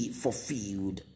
fulfilled